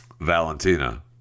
Valentina